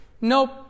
Nope